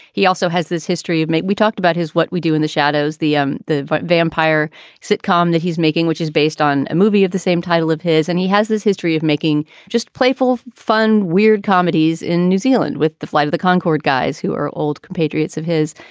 he also has this history of make. we talked about his what we do in the shadows, the um the vampire sitcom that he's making, which is based on a movie of the same title of his. and he has this history of making just playful, fun, weird comedies in new zealand with the flight of the concorde, guys who are old compatriots of his.